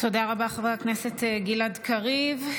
תודה רבה, חבר הכנסת גלעד קריב.